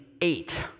eight